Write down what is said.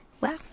wow